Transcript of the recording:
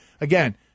again